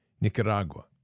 Nicaragua